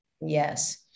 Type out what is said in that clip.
Yes